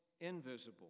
invisible